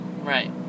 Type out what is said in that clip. right